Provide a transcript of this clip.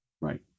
Right